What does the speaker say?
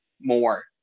more